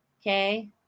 Okay